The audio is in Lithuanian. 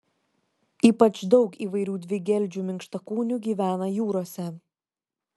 ypač daug įvairių dvigeldžių minkštakūnių gyvena jūrose